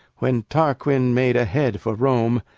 when tarquin made a head for rome,